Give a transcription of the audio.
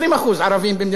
ואני חושב שהם 10,